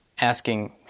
asking